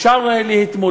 אבל אפשר להתמודד.